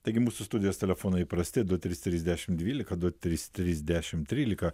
taigi mūsų studijos telefonai įprasti du trys trys dešimt dvylika du trys trys dešimt trylika